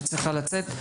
שצריכה לצאת.